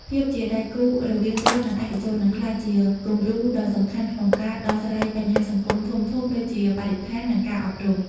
ភាពជាដៃគូរវាង រដ្ឋ និងឯកជន នឹងក្លាយជាគំរូដ៏សំខាន់ក្នុងការដោះស្រាយបញ្ហាសង្គមធំៗ ដូចជាបរិស្ថាន និងការអប់រំ។